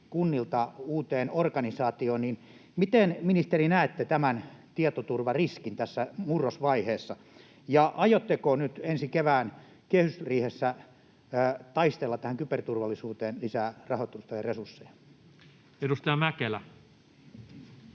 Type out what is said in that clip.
kunnilta uuteen organisaatioon, niin miten, ministeri, näette tämän tietoturvariskin tässä murrosvaiheessa? Ja aiotteko nyt ensi kevään kehysriihessä taistella tähän kyberturvallisuuteen lisää rahoitusta ja resursseja? [Speech